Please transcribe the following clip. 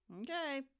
Okay